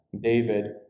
David